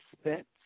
spent